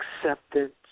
acceptance